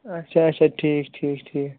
اچھا اچھا ٹھیٖک ٹھیٖک ٹھیٖک